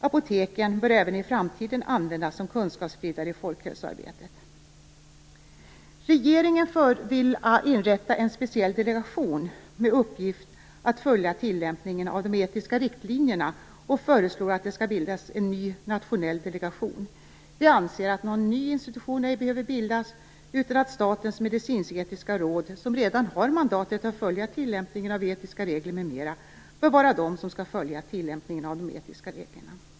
Apoteken bör även i framtiden användas som kunskapsspridare i folkhälsoarbetet. Regeringen vill inrätta en speciell delegation med uppgift att följa tillämpningen av de etiska riktlinjerna och föreslår att det skall bildas en ny nationell delegation. Vi anser att någon ny institution ej behöver bildas utan att Statens medicinsk-etiska råd, som redan har mandatet att följa tillämpningen av etiska regler m.m., bör kunna följa tillämpningen av de etiska riktlinjerna.